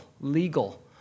legal